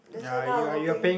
that's why now I working